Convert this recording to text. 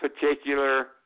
particular